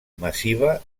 massiva